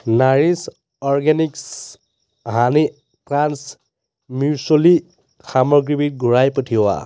Nourish Organics honey crunch muesli সামগ্ৰীবিধ ঘূৰাই পঠিওৱা